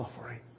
suffering